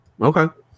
Okay